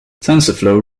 tensorflow